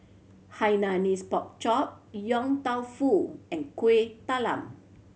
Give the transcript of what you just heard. Hainanese Pork Chop Yong Tau Foo and Kueh Talam